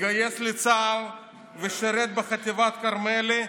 התגייס לצה"ל ושירת בחטיבת כרמלי,